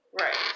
Right